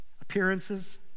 appearances